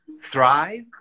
thrive